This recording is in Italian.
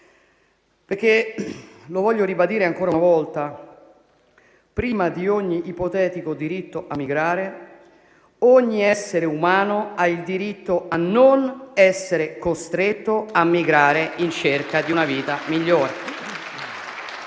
Voglio infatti ribadire ancora una volta che prima di ogni ipotetico diritto a migrare, ogni essere umano ha il diritto di non essere costretto a migrare in cerca di una vita migliore.